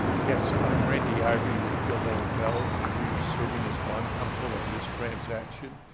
yes, i'm randy irey with gilmore and bell and we're serving as bond counsel on this transaction.